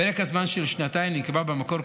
פרק הזמן של שנתיים נקבע במקור,